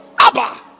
Abba